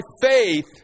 faith